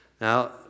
now